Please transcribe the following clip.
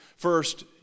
First